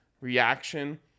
reaction